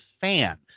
fan